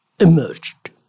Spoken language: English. emerged